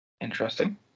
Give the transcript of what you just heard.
Interesting